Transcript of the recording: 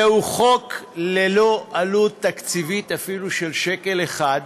זהו חוק ללא עלות תקציבית, אפילו של שקל אחד,